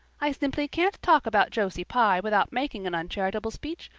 i simply can't talk about josie pye without making an uncharitable speech,